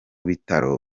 bitaro